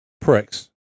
Pricks